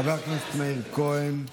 חבר הכנסת מאיר כהן,